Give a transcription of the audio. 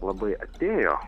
labai atėjo